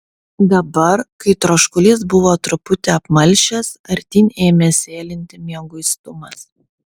dabar kai troškulys buvo truputį apmalšęs artyn ėmė sėlinti mieguistumas